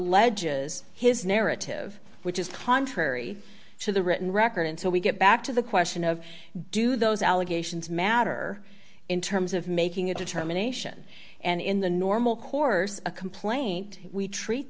eges his narrative which is contrary to the written record and so we get back to the question of do those allegations matter in terms of making a determination and in the normal course a complaint we treat